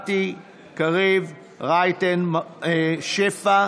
אפרת רייטן, רם שפע,